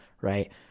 right